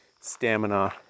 stamina